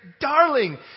darling